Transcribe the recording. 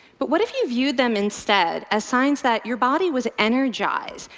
but what if you viewed them instead as signs that your body was energized,